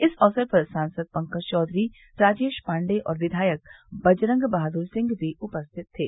इस अवसर पर सांसद पंकज चौधरी राजेश पाण्डेय और विधायक बजरंग बहादुर सिंह भी उपस्थित थे